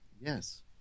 Yes